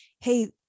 hey